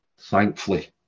thankfully